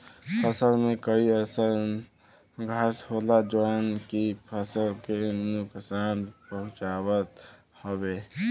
फसल में कई अइसन घास होला जौन की फसल के नुकसान पहुँचावत हउवे